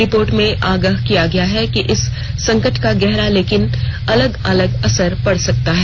report में आगाह किया गया है कि इस संकट का गहरा लेकिन अलग अलग असर पड सकता है